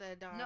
no